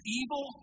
evil